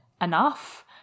enough